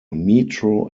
metro